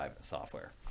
software